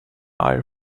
air